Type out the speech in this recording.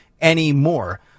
anymore